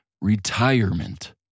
retirement